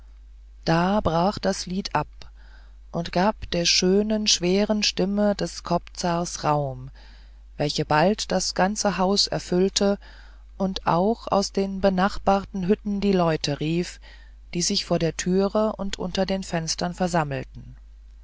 da brach das lied ab und gab der schönen schweren stimme des kobzars raum welche bald das ganze haus erfüllte und auch aus den benachbarten hütten die leute rief die sich vor der türe und unter den fenstern versammelten